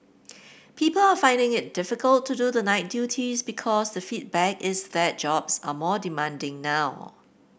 people are finding it difficult to do the night duties because the feedback is that jobs are more demanding now